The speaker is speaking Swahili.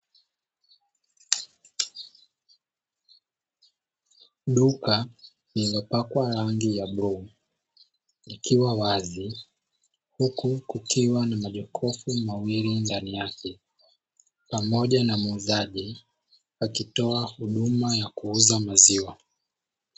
Duka lililopakwa rangi ya bluu likiwa wazi huku kukiwa na majokofu mawili ndani yake pamoja na muuzaji akitoa huduma ya kuuza maziwa.